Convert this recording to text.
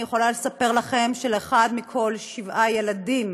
אני יכולה לספר לכם שאחד מכל שבעה ילדים